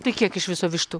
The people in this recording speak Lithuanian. tai kiek iš viso vištų